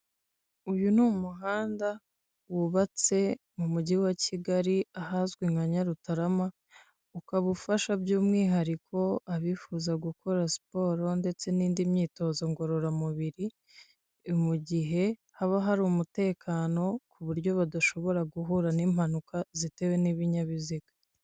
Umuhanda wubatse mu mujyi wa kigali ahazwi nka Nyarutarama, ukaba ufasha by'umwihariko abifuza gukora siporo, ndetse n'indi myitozo ngororamubiri, mu gihe haba hari umutekano ku buryo badashobora guhura n'impanuka zitewe n'ibinyabiziga.